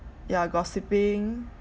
ya gossiping